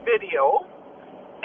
video